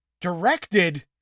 directed